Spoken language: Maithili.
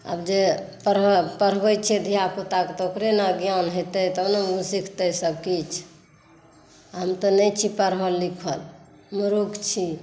आब जे पढ़ब पढबै छियै धियापुताके तऽ ओकरे ने ज्ञान हेतै तब ने सीखतै सबकिछु हम तऽ नहि छी पढल लिखल मूरूख छी